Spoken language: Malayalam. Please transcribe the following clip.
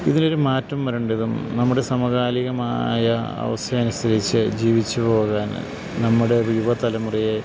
ഇതിനൊരു മാറ്റം വരണ്ടതും നമ്മുടെ സമകാലികമായ അവസ്ഥയനുസരിച്ച് ജീവിച്ച് പോകാന് നമ്മുടെ യുവതലമുറയെ